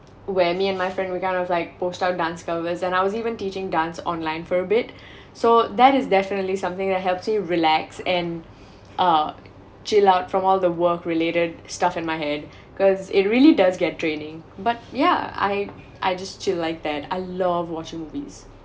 where me and my friend we kind of like post our dance covers and I was even teaching dance online fro a bit so that is definitely something that helps you relax and uh chill out from all the work related stuff in my head cause it really does get draining but yeah I I just chill like that I love watching movies